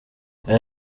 aya